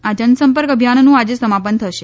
આ જનસંપર્ક અભિયાનનું આજે સમાપન થશે